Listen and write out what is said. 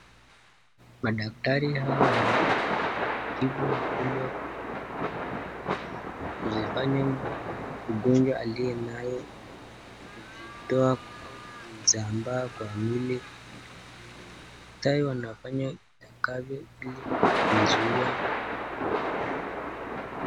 Madaktari hawa wanatibu mgonjwa huyu ili wafanye ugonjwa aliye nayo kujitoa kwa kusambaa kwa mwili. Daktari wanafanya itakavyo ili kuizuia.